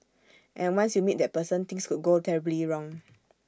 and once you meet that person things could go terribly wrong